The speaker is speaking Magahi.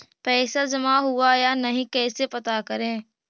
पैसा जमा हुआ या नही कैसे पता करे?